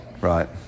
Right